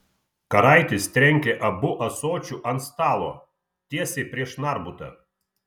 karaitis trenkė abu ąsočiu ant stalo tiesiai prieš narbutą